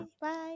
Bye